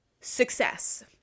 success